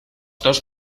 dos